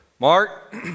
Mark